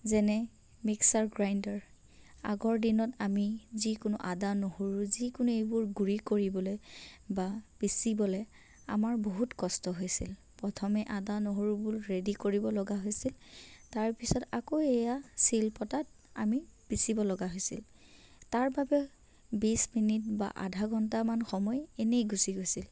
যেনে mixer grinder আগৰ দিনত আমি যিকোনো আদা নহৰু যিকোনো এইবোৰ গুড়ি কৰিবলৈ বা পিচিবলৈ আমাৰ বহুত কষ্ট হৈছিল প্ৰথমে আদা নহৰুবোৰ ৰেডী কৰিবলগা হৈছিল তাৰপিছত আকৌ এয়া শিলবটাত আমি পিচিবলগা হৈছিল তাৰ বাবে বিশ মিনিট বা আধা ঘণ্টামান সময় এনেই গুচি গৈছিল